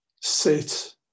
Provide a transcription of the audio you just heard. Sit